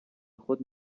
خود